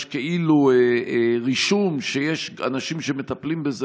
יש כאילו רישום שיש אנשים שמטפלים בזה,